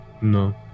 No